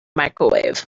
microwave